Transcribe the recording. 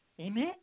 Amen